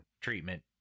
treatment